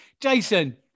Jason